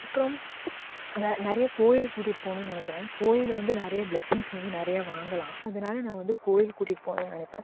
அப்புறோம் நெ நிறைய கோயில்க்கு கூட்டிகிட்டு போகணுன்னு நினைக்கிறேன் கோயில் வந்து நிறைய ப்ளஸ்ஸிங்ஸ் வந்து நிறைய வாங்கலாம் அதனால நான் வந்து கோயிலுக்கு கூட்டிகிட்டு போகணுன்னு நினப்பேன்